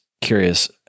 curious